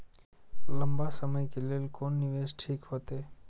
लंबा समय के लेल कोन निवेश ठीक होते?